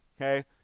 Okay